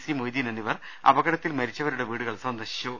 C Moideen എന്നിവർ അപകടത്തിൽ മരിച്ചവരുടെ വീടുകൾ സന്ദർശിച്ചു